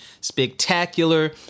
spectacular